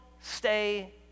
stay